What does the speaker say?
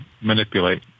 manipulate